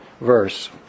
verse